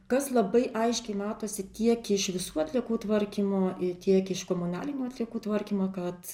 kas labai aiškiai matosi tiek iš visų atliekų tvarkymo ir tiek iš komunalinių atliekų tvarkymo kad